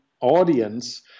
audience